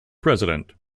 president